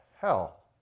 hell